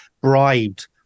bribed